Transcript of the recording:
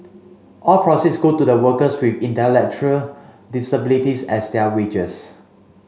all proceeds go to the workers with intellectual disabilities as their wages